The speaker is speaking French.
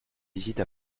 visites